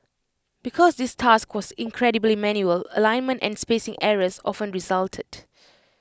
because this task was incredibly manual alignment and spacing errors often resulted